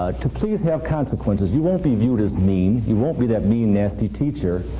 ah to please have consequences. you won't be viewed as mean. you won't be that mean, nasty teacher.